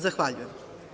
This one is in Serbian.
Zahvaljujem.